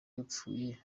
yapfuye